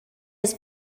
his